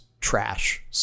trash